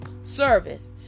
service